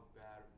bad